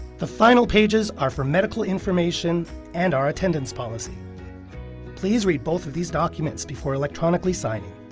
the final pages are for medical information and our attendance policy please read both of these documents before electronically signing.